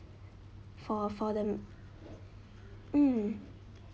for for them mm